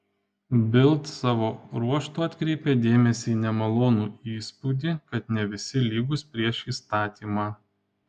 bild savo ruožtu atkreipė dėmesį į nemalonų įspūdį kad ne visi lygūs prieš įstatymą